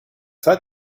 that